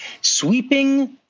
Sweeping